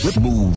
move